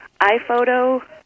iPhoto